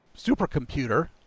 supercomputer